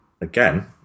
again